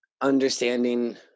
understanding